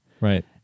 right